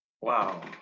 Wow